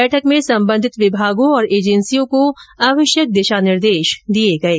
बैठक में सम्बन्धित विभागों और एजेन्सीयों को आवश्यक दिशा निर्देश दिये गये